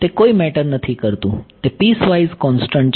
તે કોઈ મેટર નથી કરતુ તે પીસવાઈઝ કોન્સ્ટંટ છે